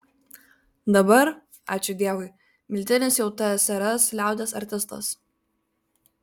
dabar ačiū dievui miltinis jau tsrs liaudies artistas